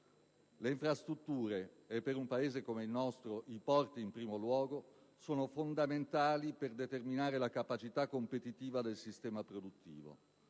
Le infrastrutture e, in un Paese come il nostro, i porti in primo luogo sono fondamentali per determinare la capacità competitiva del sistema produttivo.